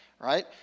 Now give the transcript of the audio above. Right